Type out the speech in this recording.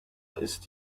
ist